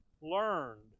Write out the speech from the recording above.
Learned